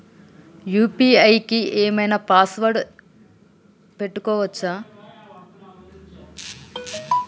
UPI కి ఏం ఐనా పాస్వర్డ్ పెట్టుకోవచ్చా?